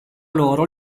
loro